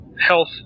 health